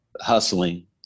Hustling